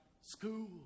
school